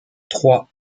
trois